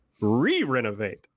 re-renovate